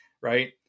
right